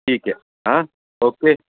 ठीके आ ओके